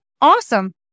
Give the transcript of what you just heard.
awesome